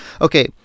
Okay